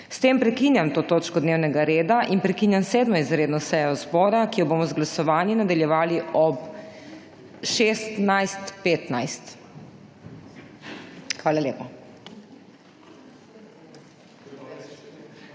S tem prekinjam to točko dnevnega reda in prekinjam 7. izredno sejo zbora, ki jo bomo z glasovanji nadaljevali ob 16.15. Hvala lepa.